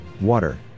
water